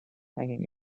hanging